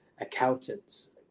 accountants